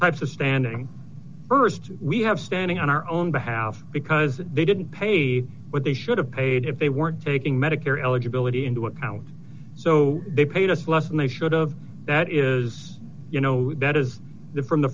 types of standing st we have standing on our own behalf because they didn't pay the what they should have paid if they weren't taking medicare eligibility into account so they paid us less than they should of that is you know that is the from the